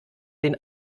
den